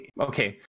Okay